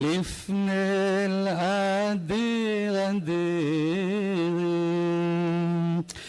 ♪ אפנה לאדיר אדירים ♪